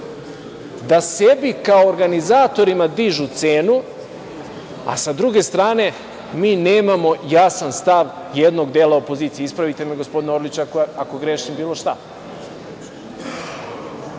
da sebi kao organizatorima dižu cenu, a sa druge strane, mi nemamo jasan stav jednog dela opozicije. Ispravite me gospodine, Orliću ako grešim bilo